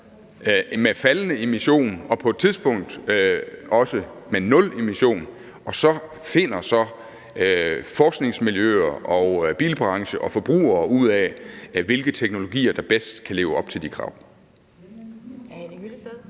med faldende emission og på et tidspunkt også med nul emission. Og så finder forskningsmiljøer og bilbranche og forbrugere ud af, hvilke teknologier der bedst kan leve op til de krav.